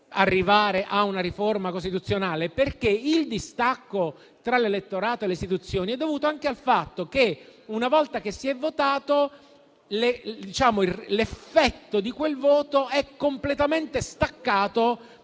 arrivare a una riforma costituzionale. Il distacco tra l'elettorato e le istituzioni è dovuto anche al fatto che, una volta che si è votato, l'effetto di quel voto è completamente staccato